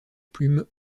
plume